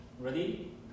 Ready